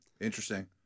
Interesting